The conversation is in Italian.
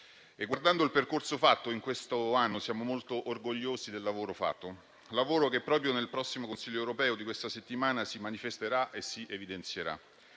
Guardando il percorso fatto in questo anno, siamo molto orgogliosi del lavoro fatto; un lavoro che, proprio nel prossimo Consiglio europeo di questa settimana, si manifesterà e si evidenzierà.